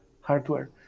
hardware